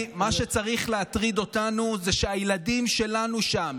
מה שצריך להטריד אותנו הוא שהילדים שלנו שם.